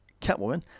Catwoman